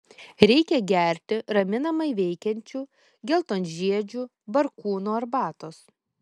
reikia gerti raminamai veikiančių geltonžiedžių barkūnų arbatos